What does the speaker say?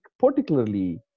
particularly